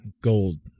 gold